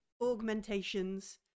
augmentations